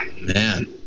man